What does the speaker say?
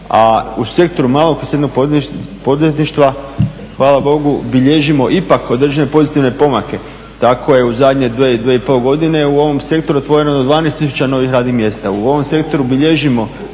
a u Sektoru malog i srednjeg poduzetništva hvala Bogu bilježimo ipak određene pozitivne pomake. Tako je u zadnje dvije, dvije i pol godine u ovom sektoru otvoreno 12000 novih radnih mjesta. U ovom sektoru bilježimo